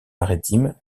maritime